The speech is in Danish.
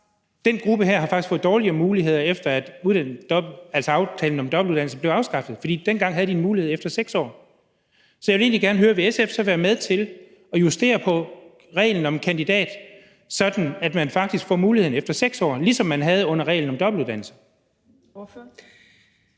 Den gruppe her har faktisk fået dårligere muligheder, efter at aftalen om dobbeltuddannelse blev afskaffet, for dengang havde de en mulighed efter 6 år. Så jeg vil egentlig gerne høre, om SF vil være med til at justere på reglen om kandidat, sådan at man faktisk får muligheden efter 6 år, ligesom man havde under reglen om dobbeltuddannelse.